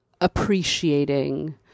appreciating